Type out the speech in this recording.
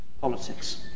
Politics